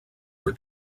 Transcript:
your